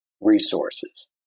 resources